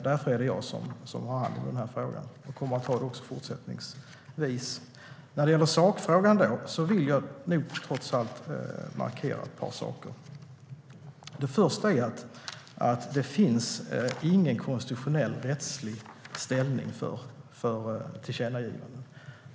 Därför är det jag som har hand om den här frågan och kommer att ha det också fortsättningsvis. När det gäller sakfrågan vill jag trots allt markera några saker. Först och främst finns det ingen konstitutionell rättslig ställning för tillkännagivanden.